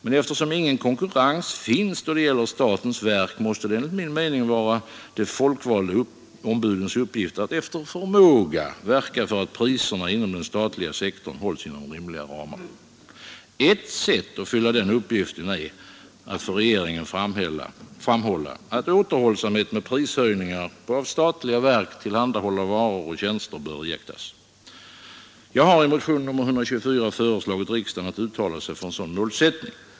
Men eftersom ingen konkurrens finns då det gäller statens verk måste det enligt min mening vara de folkvalda ombudens uppgift att efter förmåga verka för att priserna inom den statliga sektorn hålls inom rimliga ramar. Ett sätt att fylla den uppgiften är att för regeringen framhålla, att återhållsamhet med prishöjningar på av statliga verk tillhandahållna varor och tjänster bör iakttagas. Jag har i motionen 124 föreslagit riksdagen att uttala sig för en sådan målsättning.